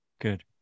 good